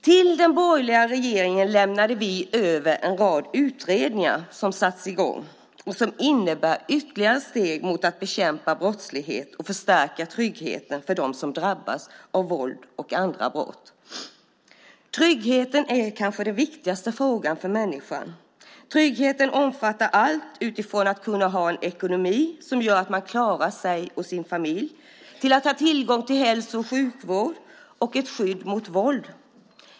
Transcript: Till den borgerliga regeringen lämnade vi över en rad utredningar som satts i gång och som innebär ytterligare steg mot att bekämpa brottslighet och förstärka tryggheten för dem som drabbas av våld och andra brott. Tryggheten är kanske den viktigaste frågan för människan. Tryggheten omfattar allt från att kunna ha en ekonomi som gör att man klarar sig och sin familj till att ha tillgång till hälso och sjukvård och ett skydd mot våld.